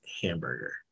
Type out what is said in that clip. hamburger